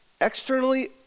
externally